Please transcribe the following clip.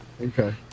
Okay